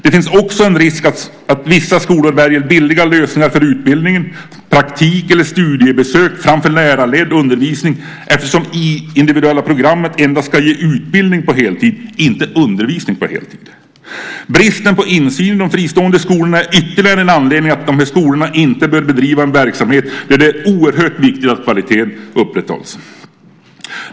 Det finns också en risk för att vissa skolor väljer billiga lösningar för utbildningen, såsom praktik eller studiebesök framför lärarledd undervisning, eftersom individuella programmet endast ska ge utbildning på heltid, inte undervisning på heltid. Bristen på insyn i de fristående skolorna är ytterligare en anledning till att dessa skolor inte bör bedriva verksamhet där det är oerhört viktigt att kvaliteten upprätthålls.